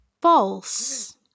False